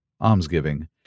almsgiving